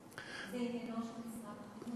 זה עניינו של משרד החינוך.